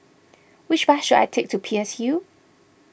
which bus should I take to Peirce Hill